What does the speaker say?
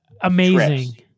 amazing